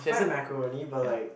fried macaroni but like